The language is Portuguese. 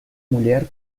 mulher